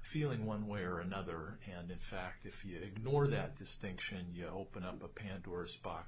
feeling one way or another hand in fact if you ignore that distinction you open up a pandora's box